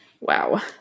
Wow